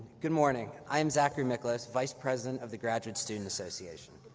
good morning, i am zachary miklas, vice president of the graduate student association.